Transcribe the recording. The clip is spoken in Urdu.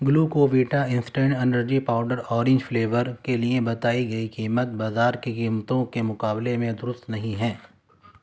Glucovita instant energy powder orange flavour کے لیے بتائی گئی قیمت بازار کی قیمتوں کے مقابلے میں درست نہیں ہے